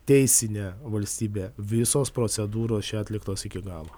teisinę valstybę visos procedūros čia atliktos iki galo